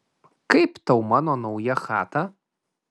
kaip tau mano nauja chata